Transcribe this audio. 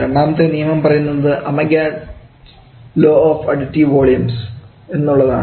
രണ്ടാമത്തെ നിയമം എന്ന് പറയുന്നത് Amagat's law of additive volumes Amagat's law of additive volumes എന്നുള്ളതാണ്